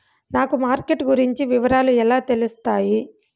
నాకు మార్కెట్ గురించి వివరాలు ఎలా తెలుస్తాయి?